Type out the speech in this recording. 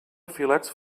afilats